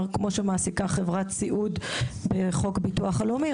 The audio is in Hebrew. כמו שמעסיקה חברת סיעוד בחוק הביטוח הלאומי,